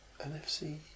NFC